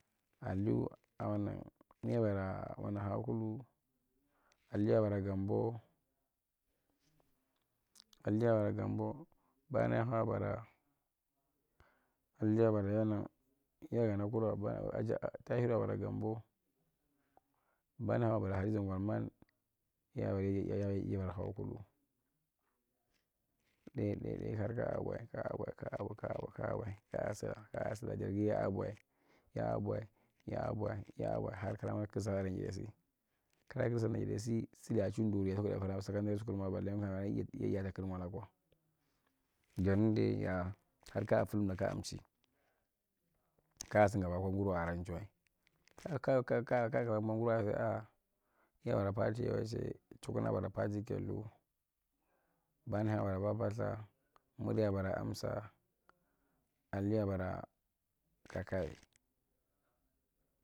Aliyu awanang yibara hawa kulu aliyuba bara gambo, bana yahwai yabara, aliyuma bara yana yagana kura bag a tahiruna a bara gambo kana awa a bara hadiza ngwarman yi ya yobara haw a kul ɗai-ɗai-ɗai hark a a bui ka a bwi ka a bwi ka abur kala sila ka’a sila jagdye ya’a bwi ya, a bwi ya a’bwi ya’a’ bwi har kama kdi sulladar nji njiɗai si ka kdi salla dar njidai si ya chi juri ya a takuɗa secondary mawae bale ya a nukana yata kel mwa kwa har ka’a filamda ka’a mchey ka a sig aba a ngwa arain chiwae ka’ k aka sig aba ngun ya bara fati chiken a hara fati kellu bana ya bara babasa muriya bara ansa alilusi a bara kakaye.